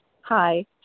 Hi